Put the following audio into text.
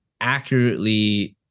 accurately